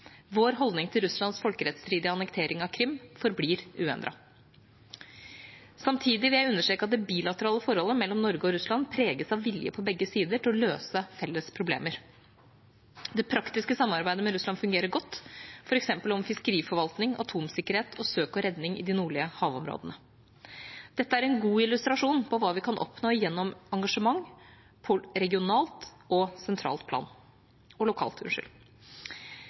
Vår holdning til Russlands folkerettsstridige annektering av Krim forblir uendret. Samtidig vil jeg understreke at det bilaterale forholdet mellom Norge og Russland preges av vilje på begge sider til å løse felles problemer. Det praktiske samarbeidet med Russland fungerer godt, f.eks. om fiskeriforvaltning, atomsikkerhet og søk og redning i de nordlige havområdene. Dette er en god illustrasjon på hva vi kan oppnå gjennom engasjement på lokalt, regionalt og sentralt plan. Både bilateralt og